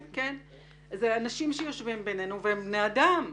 אלה אנשים שיושבים בינינו והם בני אדם.